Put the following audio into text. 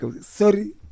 Sorry